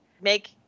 make